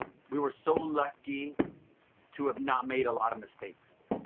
we were so lucky to have not made a lot of mistakes,